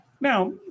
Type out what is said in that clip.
Now